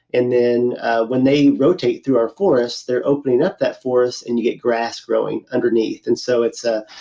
and then when they rotate through our forests they're opening up that forest and you get grass growing underneath. and so it's a